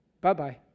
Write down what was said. Bye-bye